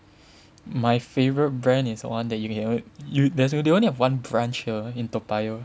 my favourite brand is one that you may n~ there's they only have one branch here in Toa Payoh